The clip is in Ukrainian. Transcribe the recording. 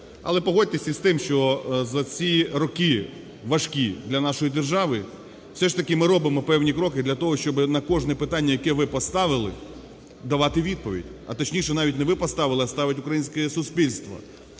Але погодьтесь із тим, що за ці роки важкі для нашої держави все ж таки ми робимо певні кроки для того, щоби на кожне питання, яке ви поставили, давати відповідь, а точніше, навіть не ви поставили, а ставить українське суспільство: